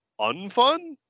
unfun